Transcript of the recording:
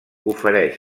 ofereix